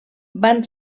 van